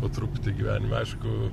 po truputį gyvenime aišku